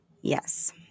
Yes